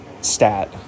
stat